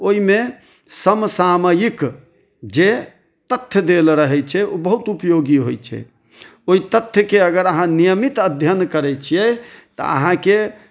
ओहिमे समसामयिक जे तथ्य देल रहै छै ओ बहुत उपयोगी होइ छै ओहि तथ्यके अगर अहाँ नियमित अध्ययन करै छियै तऽ अहाँके